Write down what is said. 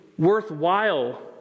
Worthwhile